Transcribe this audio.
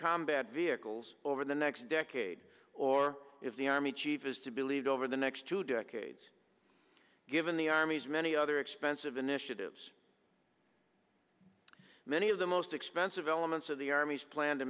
combat vehicles over the next decade or if the army chief is to believe over the next two decades given the army's many other expensive initiatives many of the most expensive elements of the army's plan